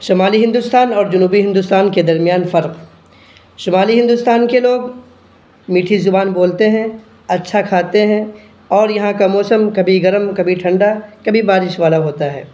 شمالی ہندوستان اور جنوبی ہندوستان کے درمیان فرق شمالی ہندوستان کے لوگ میٹھی زبان بولتے ہیں اچھا کھاتے ہیں اور یہاں کا موسم کبھی گرم کبھی ٹھنڈا کبھی بارش والا ہوتا ہے